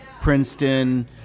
Princeton